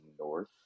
North